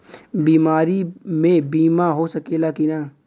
बीमारी मे बीमा हो सकेला कि ना?